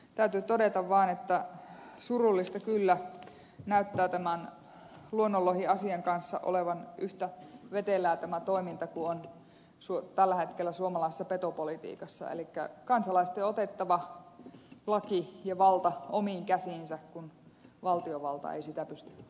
täytyy todeta vaan että surullista kyllä näyttää tämän luonnonlohiasian kanssa olevan yhtä vetelää tämä toiminta kuin on tällä hetkellä suomalaisessa petopolitiikassa elikkä kansalaisten on otettava laki ja valta omiin käsiinsä kun valtiovalta ei sitä pysty